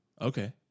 Okay